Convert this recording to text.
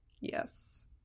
yes